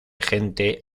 gente